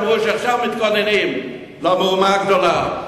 אמרו שעכשיו מתכוננים למהומה הגדולה.